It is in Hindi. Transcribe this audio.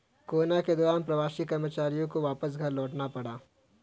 कोरोना के दौरान प्रवासी कर्मचारियों को वापस घर लौटना पड़ा